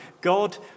God